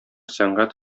сәнгать